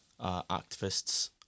activists